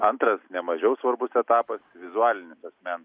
antras nemažiau svarbus etapas vizualine prasme